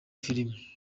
filime